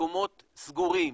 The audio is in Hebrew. מקומות סגורים,